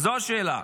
זו השאלה.